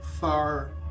far